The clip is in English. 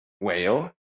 whale